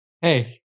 Hey